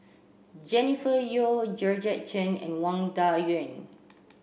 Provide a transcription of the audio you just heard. Jennifer Yeo Georgette Chen and Wang Dayuan